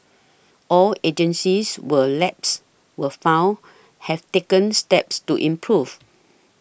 all agencies where lapses were found have taken steps to improve